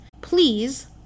please